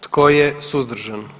Tko je suzdržan?